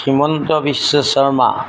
Himanta Biswa Sharma